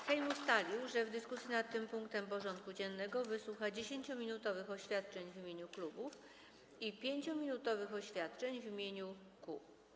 Sejm ustalił, że w dyskusji nad tym punktem porządku dziennego wysłucha 10-minutowych oświadczeń w imieniu klubów i 5-minutowych oświadczeń w imieniu kół.